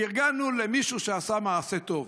פרגנו למישהו שעשה מעשה טוב.